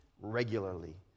regularly